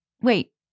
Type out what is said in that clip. wait